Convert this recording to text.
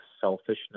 selfishness